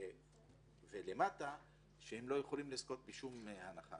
ואחורה לא יכולים לזכות בשום הנחה.